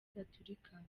gatolika